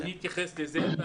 אני אתייחס לזה.